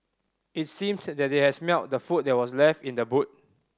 it seemed that they had smelt the food that were left in the boot